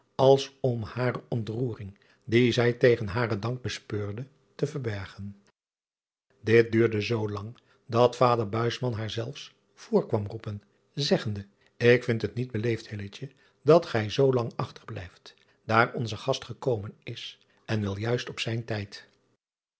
als om hare ontroering die zij tegen haren dank bespeurde te verbergen it duurde zoolang dat vader haar zelfs voor kwam roepen zeggende k vind het niet beleefd dat gij zoolang achter blijft daar onze gast gekomen is en wel juist op zijn tijd